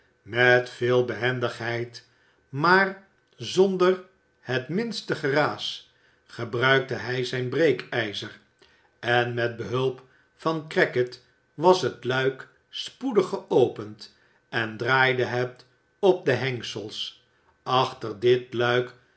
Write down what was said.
met veel behendigheid maar zonder het minste geraas gebruikte hij zijn breekijzer en met behulp van crackit was het luik spoedig geopend en draaide het op de hengsels achter dit luik